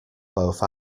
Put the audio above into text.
both